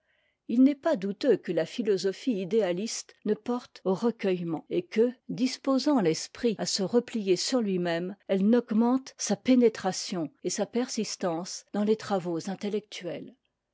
il n'est pas douteux que la philosophie idéaliste ne porte au recueillement et que disposant l'esprit à se replier sur tui même elle n'augmente sa pénétration et sa persistance dans les travaux intellectuels